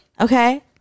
Okay